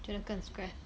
觉得更 stress